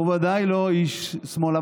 הוא ודאי לא איש שמאל.